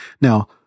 Now